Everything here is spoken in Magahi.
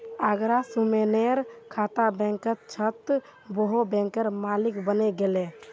अगर सुमनेर खाता बैंकत छ त वोहों बैंकेर मालिक बने गेले